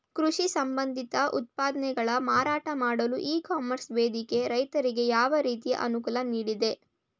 ಕೃಷಿ ಸಂಬಂಧಿತ ಉತ್ಪನ್ನಗಳ ಮಾರಾಟ ಮಾಡಲು ಇ ಕಾಮರ್ಸ್ ವೇದಿಕೆ ರೈತರಿಗೆ ಯಾವ ರೀತಿ ಅನುಕೂಲ ನೀಡಿದೆ?